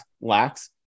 lacks